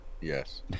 yes